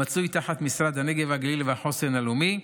המצוי תחת משרד הנגב, הגליל והחוסן הלאומי,